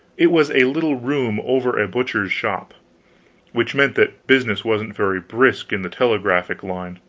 it was a little room over a butcher's shop which meant that business wasn't very brisk in the telegraphic line.